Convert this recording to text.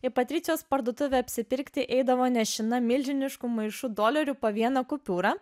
į patricijos parduotuvę apsipirkti eidavo nešina milžinišku maišu dolerių po vieną kupiūrą